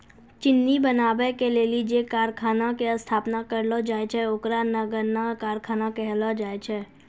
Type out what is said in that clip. चिन्नी बनाबै के लेली जे कारखाना के स्थापना करलो जाय छै ओकरा गन्ना कारखाना सेहो कहलो जाय छै